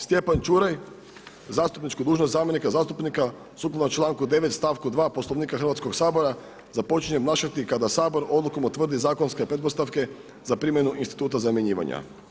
Stjepan Čuraj zastupničku dužnost zamjenika zastupnika sukladno članku 9. stavku 2. Poslovnika Hrvatskog sabora, započinje obnašati kada Sabor odlukom utvrdi zakonske pretpostavke za primjenu instituta zamjenjivanja.